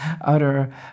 utter